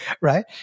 right